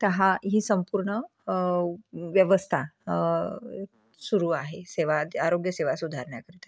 तं हा ही संपूर्ण व्यवस्था सुरू आहे सेवा आरोग्य सेवा सुधारण्याकरिता